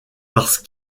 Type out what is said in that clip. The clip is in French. parce